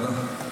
תודה.